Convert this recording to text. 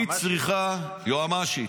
היא צריכה --- היועמ"שית.